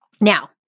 Now